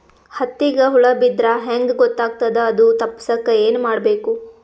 ಹತ್ತಿಗ ಹುಳ ಬಿದ್ದ್ರಾ ಹೆಂಗ್ ಗೊತ್ತಾಗ್ತದ ಅದು ತಪ್ಪಸಕ್ಕ್ ಏನ್ ಮಾಡಬೇಕು?